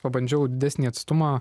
pabandžiau didesnį atstumą